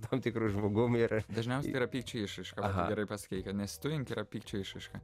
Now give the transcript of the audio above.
tam tikru žmogum ir dažniausiai tai yra pykčio išraiška va tu gerai pasakei kad nesitujink yra pykčio išraiška